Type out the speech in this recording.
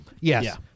Yes